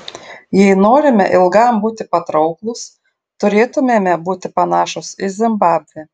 jei norime ilgam būti patrauklūs turėtumėme būti panašūs į zimbabvę